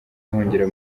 ahungira